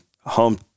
home